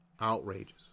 Outrageous